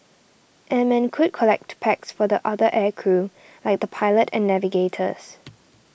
airmen could collect packs for the other air crew like the pilot and navigators